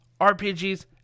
RPGs